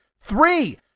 three